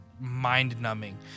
mind-numbing